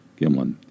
Gimlin